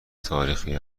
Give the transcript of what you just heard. تاریخی